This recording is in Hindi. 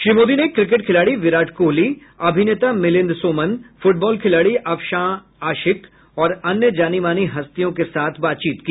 श्री मोदी ने क्रिकेट खिलाड़ी विराट कोहली अभिनेता मिलिंद सोमन फुटबॉल खिलाड़ी अफशान आशिक और अन्य जानी मानी हस्तियों के साथ बातचीत की